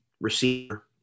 Receiver